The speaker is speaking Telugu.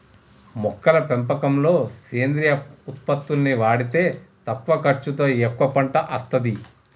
మొక్కల పెంపకంలో సేంద్రియ ఉత్పత్తుల్ని వాడితే తక్కువ ఖర్చుతో ఎక్కువ పంట అస్తది